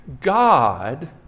God